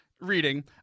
reading